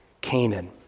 Canaan